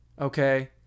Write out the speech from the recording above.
okay